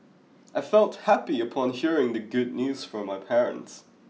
I felt happy upon hearing the good news from my parents